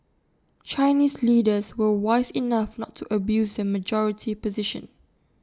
Chinese leaders were wise enough not to abuse their majority position